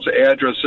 Addresses